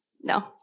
No